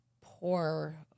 poor